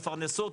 מפרנסות,